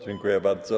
Dziękuję bardzo.